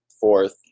fourth